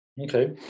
Okay